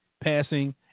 passing